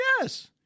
Yes